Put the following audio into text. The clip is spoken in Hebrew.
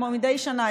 כמו מדי שנה,